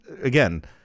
again